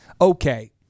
okay